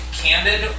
candid